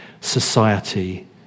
society